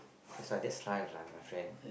that's why that's life lah my friend